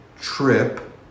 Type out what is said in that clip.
trip